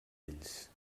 ells